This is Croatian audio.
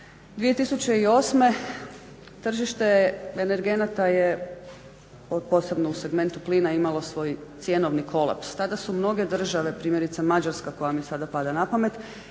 2008.tržište energenata je posebno u segmentu plina imalo svoj cjenovni kolaps. Tada su mnoge države primjerice Mađarska koja mi sada pada na pamet